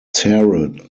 tarot